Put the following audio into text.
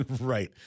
right